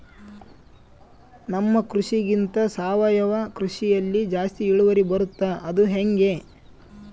ನಮ್ಮ ಕೃಷಿಗಿಂತ ಸಾವಯವ ಕೃಷಿಯಲ್ಲಿ ಜಾಸ್ತಿ ಇಳುವರಿ ಬರುತ್ತಾ ಅದು ಹೆಂಗೆ?